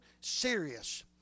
serious